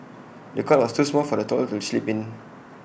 the cot was too small for the toddler to sleep in